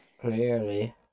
clearly